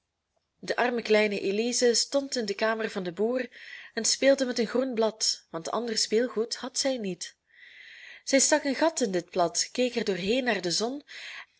de arme kleine elize stond in de kamer van den boer en speelde met een groen blad want ander speelgoed had zij niet zij stak een gat in dit blad keek er doorheen naar de zon